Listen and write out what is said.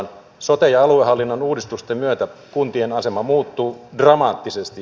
sote ja aluehallinnon uudistusten myötä kuntien asema muuttuu dramaattisesti